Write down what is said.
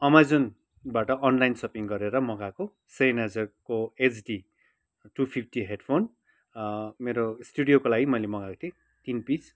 Amazon बाट online shopping गरेर मगाएको सेनाजरको एचडि टु फिफ्टी हेडफोन मेरो स्टुडियोको लागि मैले मगाएको थिएँ तीन पिस